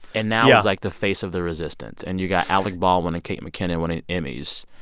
and now is, like, the face of the resistance? and you got alec baldwin and kate mckinnon winning emmys.